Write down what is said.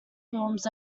films